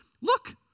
look